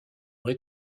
rez